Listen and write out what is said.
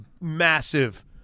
massive